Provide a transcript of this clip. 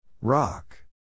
Rock